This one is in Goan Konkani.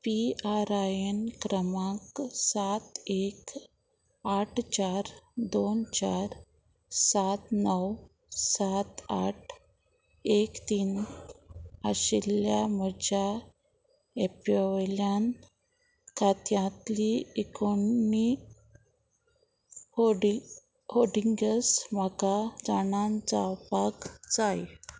पी आर आय एन क्रमांक सात एक आठ चार दोन चार सात णव सात आठ एक तीन आशिल्ल्या म्हज्या एपी वयल्यान खात्यांतली एकोणी होडिंग होल्डींगस म्हाका जाणान जावपाक जाय